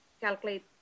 calculate